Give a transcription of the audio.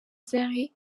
zari